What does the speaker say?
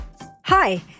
Hi